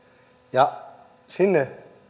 ja sinne